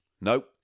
Nope